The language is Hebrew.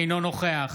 אינו נוכח